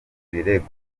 birego